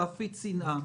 להפיץ שנאה.